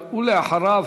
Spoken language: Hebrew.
ולאחריו,